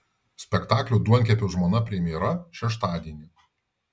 spektaklio duonkepio žmona premjera šeštadienį